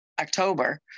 October